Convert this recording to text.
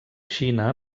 xina